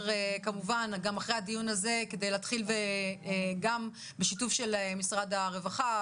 גם לאחר הדיון זה כדי להתחיל בשיתוף של משרד הרווחה,